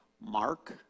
Mark